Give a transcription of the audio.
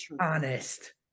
honest